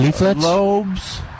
lobes